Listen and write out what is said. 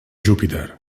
júpiter